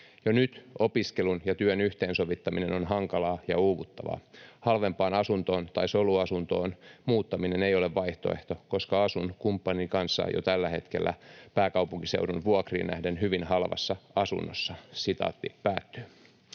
Jo nyt opiskelun ja työn yhteensovittaminen on hankalaa ja uuvuttavaa. Halvempaan asuntoon tai soluasuntoon muuttaminen ei ole vaihtoehto, koska asun kumppanin kanssa jo tällä hetkellä pääkaupunkiseudun vuokriin nähden hyvin halvassa asunnossa.” ”Olen työkyvytön,